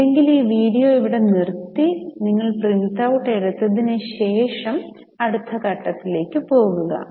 ഇല്ലെങ്കിൽ ഈ വീഡിയോ ഇവിടെ നിറുത്തി നിങ്ങൾ പ്രിന്റൌട്ട് എടുത്തതിനു ശേഷം അടുത്ത ഘട്ടത്തിലേക്ക് പോകുക